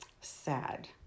sad